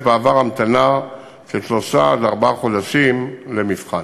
בעבר המתנה של שלושה עד ארבעה חודשים למבחן.